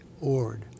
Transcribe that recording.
Ord